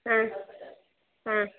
ಹಾಂ ಹಾಂ